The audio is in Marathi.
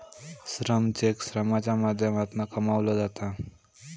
श्रम चेक श्रमाच्या माध्यमातना कमवलो जाता